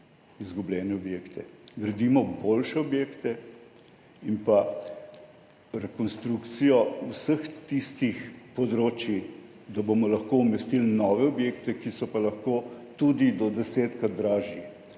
izgubljene objekte, gradimo boljše objekte in rekonstrukcijo vseh tistih področij, da bomo lahko umestili nove objekte, ki so pa lahko tudi do desetkrat dražji.